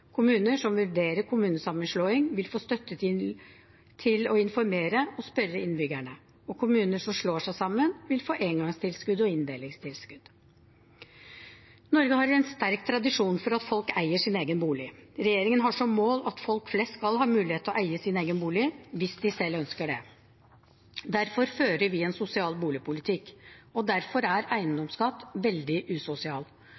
Kommuner som vurderer kommunesammenslåing, vil få støtte til å informere og spørre innbyggerne. Kommuner som slår seg sammen, vil få engangstilskudd og inndelingstilskudd. Norge har en sterk tradisjon for at folk eier sin egen bolig. Regjeringen har som mål at folk flest skal ha mulighet til å eie sin egen bolig hvis de selv ønsker det. Derfor fører vi en sosial boligpolitikk. Og derfor er